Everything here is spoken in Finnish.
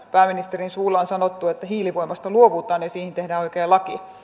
pääministerin suulla on sanottu että hiilivoimasta luovutaan ja siihen tehdään oikein laki